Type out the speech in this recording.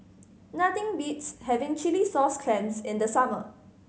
nothing beats having chilli sauce clams in the summer